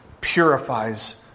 purifies